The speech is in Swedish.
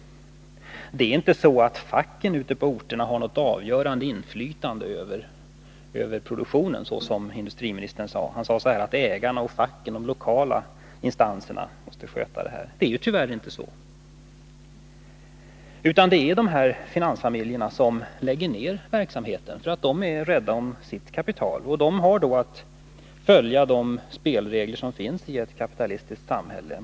Facken ute på orterna har inte något avgörande inflytande över produktionen, som industriministern uttryckte det. Industriministern sade att det är ägarna, facket och de lokala instanserna som måste sköta sådana här frågor. Men så sker tyvärr inte. Det är i stället finansfamiljerna som har makten, och de lägger ned verksamheten därför att de är rädda om sitt kapital. De har att följa spelreglerna i ett kapitalistiskt samhälle.